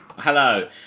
Hello